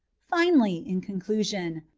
finally, in conclusion,